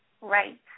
right